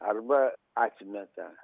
arba atmeta